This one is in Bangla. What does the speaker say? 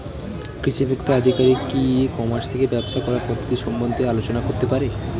কৃষি ভোক্তা আধিকারিক কি ই কর্মাস থেকে ব্যবসা করার পদ্ধতি সম্বন্ধে আলোচনা করতে পারে?